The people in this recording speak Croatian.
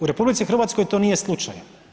U RH to nije slučaj.